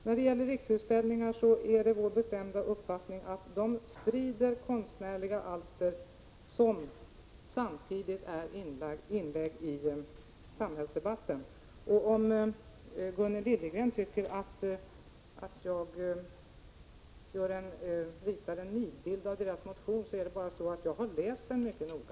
När det gäller Riksutställningar är det vår bestämda uppfattning att Riksutställningar sprider konstnärliga alster, som samtidigt är inlägg i samhällsdebatten. Gunnel Liljegren tycker att jag ritade en nidbild av moderaternas förslag, men det är bara så att jag har läst motionen mycket noga.